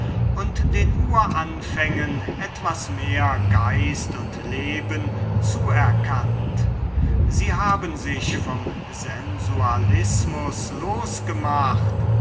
und den uranfängen etwas mehr geist und leben zuerkannt sie haben sich vom sensualismus losgemacht